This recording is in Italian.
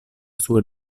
sue